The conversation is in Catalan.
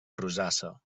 rosassa